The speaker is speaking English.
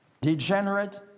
degenerate